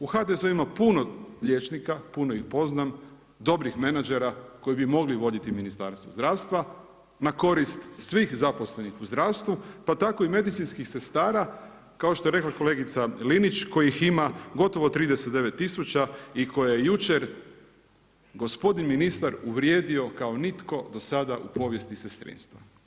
U HDZ-u ima puno liječnika, puno ih poznam, dobrih menadžera koji bi mogli voditi Ministarstvo zdravstva, na korist svih zaposlenih u zdravstvu, pa tako i medicinskih sredstava, kao što je rekla kolegica Linić kojih ima gotovo 39000 i koje je jučer gospodin ministar uvrijedio kao nitko do sada u povijesti sestrinstva.